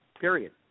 Period